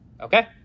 Okay